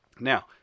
Now